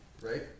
right